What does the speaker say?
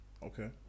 Okay